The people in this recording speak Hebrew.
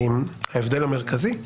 ההבדל המרכזי הוא: